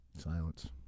silence